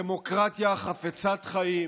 דמוקרטיה חפצת חיים